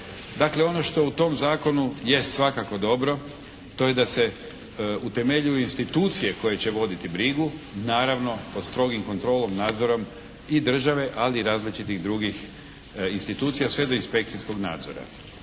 Dakle, ono što u tom Zakonu jest svakako dobro to je da se utemeljuju institucije koje će voditi brigu, naravno pod strogom kontrolom, nadzorom i države, ali i različitih drugih institucija, sve do inspekcijskog nadzora.